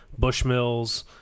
Bushmills